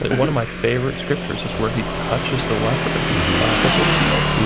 one of my favorite scriptures is where he touches the leper before he's healed.